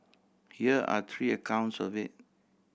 here are three accounts of it